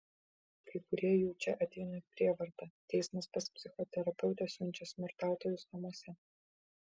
kai kurie jų čia ateina prievarta teismas pas psichoterapeutę siunčia smurtautojus namuose